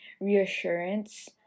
reassurance